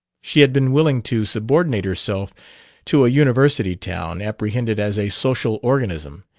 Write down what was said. she had been willing to subordinate herself to a university town apprehended as a social organism,